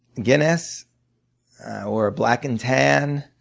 guinness or a black and tan,